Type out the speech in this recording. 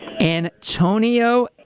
Antonio